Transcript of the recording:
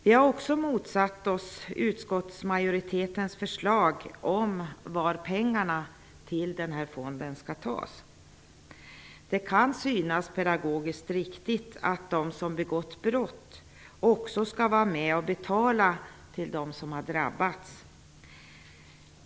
Vi har också motsatt oss utskottsmajoritetens förslag om varifrån pengarna till fonden skall tas. Det kan synas vara pedagogiskt riktigt att de som begått brott också skall vara med och betala till dem som har drabbats.